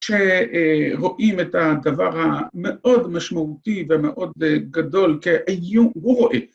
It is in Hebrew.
‫שרואים את הדבר המאוד משמעותי ‫ומאוד גדול, כי הוא רואה.